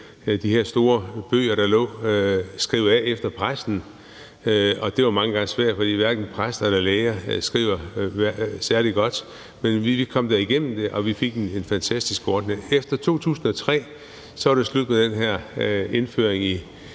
de her store bøger og skrive af efter præsten, og det var mange gange svært, for hverken præster eller læger skriver særlig godt, men vi kom da igennem det. Efter 2003 var det slut med den her indføring i